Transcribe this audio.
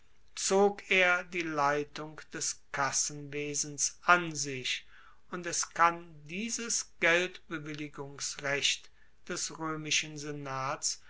zog er die leitung des kassenwesens an sich und es kann dieses geldbewilligungsrecht des roemischen senats